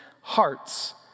hearts